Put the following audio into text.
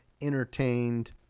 entertained